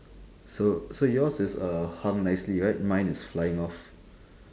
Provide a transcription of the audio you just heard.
so so yours is a hung nicely right mine is flying off